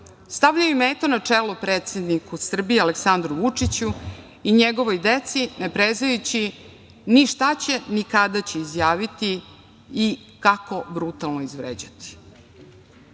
stavljaju metu na čelo predsednika Srbije, Aleksandru Vučiću i njegovoj deci, ne prezajući ni šta će, ni kada će izjaviti i kako brutalno izvređati. Da